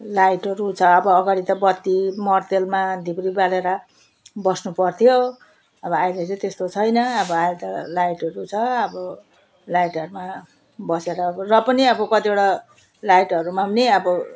लाइटहरू छ अब अगाडि त बत्ती मट्टितेलमा धिप्री बालेर बस्नु पर्थ्यो अब अहिले चाहिँ त्यस्तो छैन अब अहिले त लाइटहरू छ अब लाइटहरूमा बसेर र पनि अब कतिवटा लाइटहरूमा पनि अब